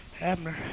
Abner